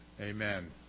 Amen